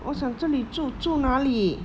我想这里住住哪里